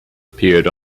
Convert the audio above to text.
appeared